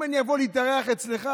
אם אני אבוא להתארח אצלך,